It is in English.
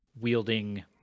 wielding